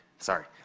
sorry.